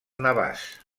navàs